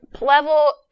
level